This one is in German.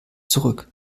zurück